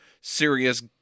serious